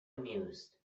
mused